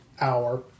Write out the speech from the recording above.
hour